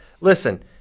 listen